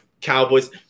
Cowboys